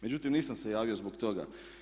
Međutim, nisam se javio zbog toga.